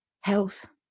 health